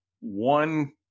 one